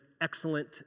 Excellent